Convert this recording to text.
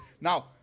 now